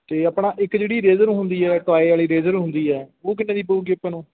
ਅਤੇ ਆਪਣਾ ਇੱਕ ਜਿਹੜੀ ਰੇਜ਼ਰ ਹੁੰਦੀ ਹੈ ਟੋਆਏ ਵਾਲੀ ਰੇਜ਼ਰ ਹੁੰਦੀ ਹੈ ਉਹ ਕਿੰਨੇ ਦੀ ਪਊਗੀ ਆਪਾਂ ਨੂੰ